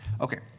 Okay